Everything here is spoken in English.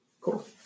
Cool